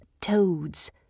toads